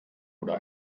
oder